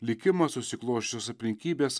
likimas susiklosčiusios aplinkybės